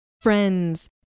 Friends